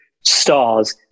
stars